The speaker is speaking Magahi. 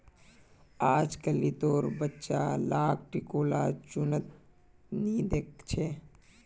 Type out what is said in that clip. अजकालितेर बच्चा लाक टिकोला चुन त नी दख छि